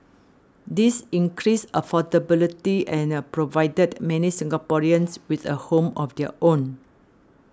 this increased affordability and a provided many Singaporeans with a home of their own